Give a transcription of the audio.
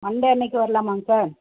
Monday அன்னைக்கு வரலாமாங்க sir